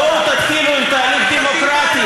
בואו תתחילו עם תהליך דמוקרטי,